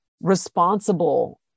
responsible